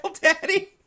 Daddy